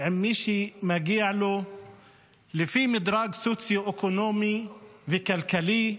עם מי שמגיע לו לפי מדרג סוציו-אקונומי וכלכלי,